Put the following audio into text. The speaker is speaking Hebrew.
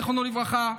זיכרונו לברכה,